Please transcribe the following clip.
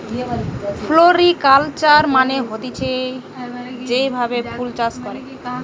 floriculture মানে হতিছে যেই ভাবে ফুল চাষ করে